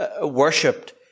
worshipped